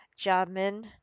Jamin